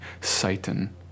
Satan